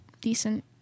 decent